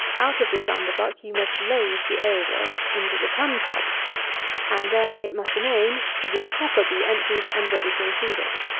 out of this underbuck you must lade the ale-wort into the tun-tub and there it must remain till your copper be emptied and ready to receive it.